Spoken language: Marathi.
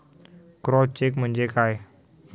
क्रॉस चेक म्हणजे काय?